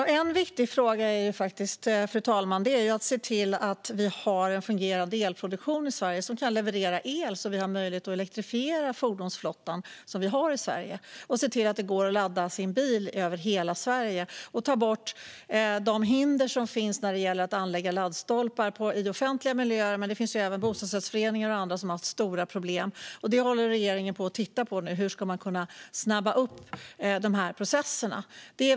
Fru talman! Det är viktigt att se till att vi har en fungerande elproduktion i Sverige som kan leverera el så att vi kan elektrifiera den svenska fordonsflottan. Man måste kunna ladda sin bil över hela Sverige, och därför är det viktigt att ta bort de hinder som finns för att anlägga laddstolpar i offentliga miljöer men även i bostadsrättsföreningar. Regeringen tittar nu på hur man kan snabba upp dessa processer.